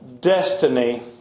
destiny